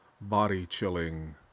body-chilling